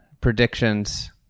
predictions